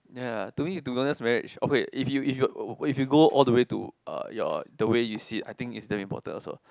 ya to me to be honest marriage oh wait if you if if you go all the way to uh your the way you see it I think it's damn important also